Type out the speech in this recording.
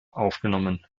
aufgenommen